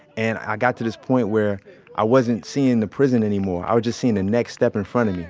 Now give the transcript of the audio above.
and, i got to this point where i wasn't seeing the prison anymore. i was just seeing the next step in front of me,